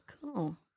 cool